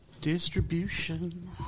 Distribution